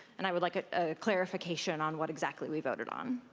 and i would like a clarification on what exactly we voted on.